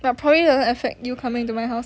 but probably doesn't affect you coming to my house